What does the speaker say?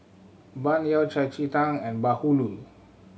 Bun Yao Cai Ji Tang and Bahulu